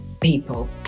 people